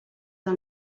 del